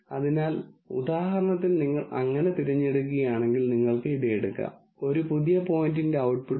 അതിനാൽ അടിസ്ഥാനപരമായി നമുക്ക് കാണേണ്ടതെന്തും എണ്ണുകയോ കാണുകയോ ചെയ്യാം തുടർന്ന് എണ്ണുക തുടർന്ന് പട്ടികയിലെ വസ്തുക്കളോ സാധനങ്ങളോ ഇവയാണെന്ന് പറയാം